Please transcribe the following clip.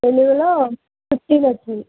తెలుగులో ఫిఫ్టీన్ వచ్చాయి